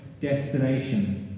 destination